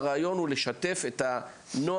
הרעיון הוא לשתף את הנוער,